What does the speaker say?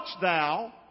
thou